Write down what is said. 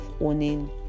owning